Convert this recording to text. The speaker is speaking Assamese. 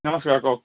নমস্কাৰ কওক